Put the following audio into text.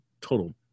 total